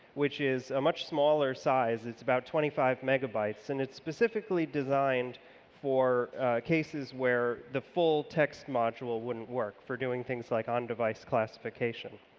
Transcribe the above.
which is a much smaller size, it's about twenty five megabytes and it's specifically designed for cases where the full text module wouldn't work for doing things like on device classification.